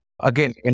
Again